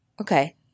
okay